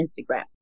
Instagram